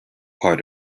part